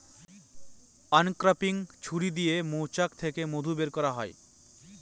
uncapping ছুরি দিয়ে মৌচাক থেকে মধু বের করা হয়